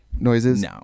noises